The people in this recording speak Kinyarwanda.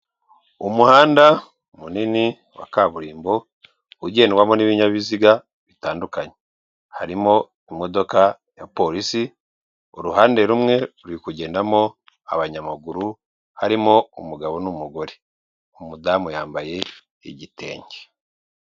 Umuhanda munini wa kaburimbo, ugendwamo n'ibinyabiziga bitandukanye, harimo imodoka ya polisi, uruhande rumwe ruri kugendamo abanyamaguru, harimo umugabo n'umugore, umudamu yambaye igitenge.